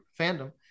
fandom